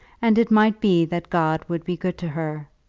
and it might be that god would be good to her,